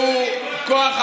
שהוא פועל נגד המדינה,